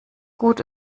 gut